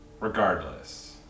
Regardless